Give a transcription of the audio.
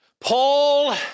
Paul